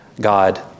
God